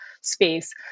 space